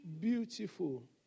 beautiful